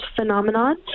phenomenon